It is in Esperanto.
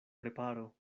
preparo